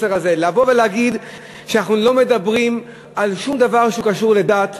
לבוא ולהגיד שאנחנו לא מדברים על שום דבר שקשור לדת,